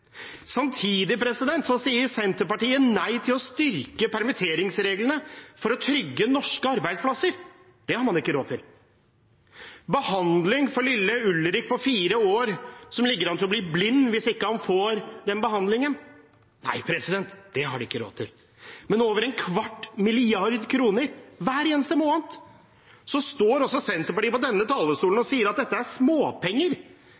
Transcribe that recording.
å styrke permitteringsreglene for å trygge norske arbeidsplasser. Det har man ikke råd til. Behandling for lille Ulrik på fire år, som ligger an til å bli blind hvis han ikke får behandling, det har de ikke råd til. Men over en kvart milliard kroner hver eneste måned, det har de råd til. Så står altså Senterpartiet på denne talerstolen